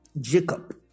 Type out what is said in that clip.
Jacob